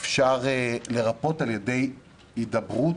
אפשר לרפא על ידי הידברות,